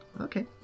okay